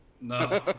No